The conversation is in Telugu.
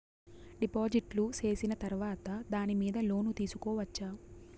డిపాజిట్లు సేసిన తర్వాత దాని మీద లోను తీసుకోవచ్చా?